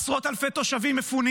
עשרות אלפי תושבים מפונים